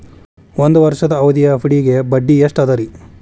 ಒಂದ್ ವರ್ಷದ ಅವಧಿಯ ಎಫ್.ಡಿ ಗೆ ಬಡ್ಡಿ ಎಷ್ಟ ಅದ ರೇ?